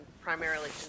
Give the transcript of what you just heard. primarily